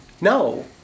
no